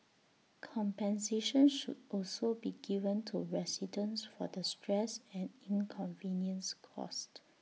compensation should also be given to residents for the stress and inconvenience caused